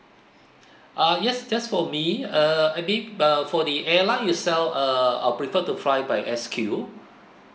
ah yes just for me err I mean uh for the airline itself err I prefer to fly by S_Q